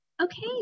Okay